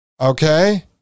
okay